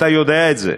אתה יודע את זה.